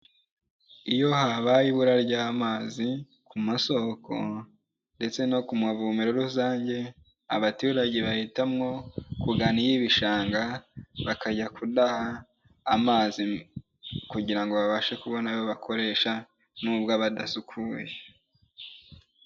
Iyo habaye ibura ry'amazi ku masoko ndetse no ku mavomero rusange, abaturage bahitamo kugana iy'ibishanga bakajya kudaha, amazi kugira ngo babashe kubona ayo bakoresha nubwo aba adasukuye.